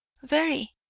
very,